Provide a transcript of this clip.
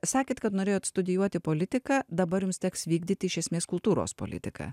sakėt kad norėjot studijuoti politiką dabar jums teks vykdyti iš esmės kultūros politiką